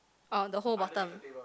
oh the whole bottom